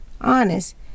honest